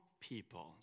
people